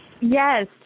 Yes